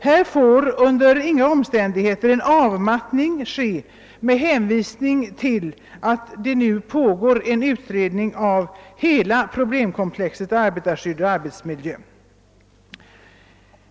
Här får under inga omständigheter en avmattning ske med hänvisning till att det nu pågår en utredning om hela problemkomplexet arbetarskydd och arbetsmiljö.